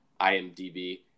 IMDb